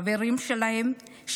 חברים שלהם,